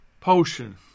potion